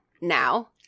now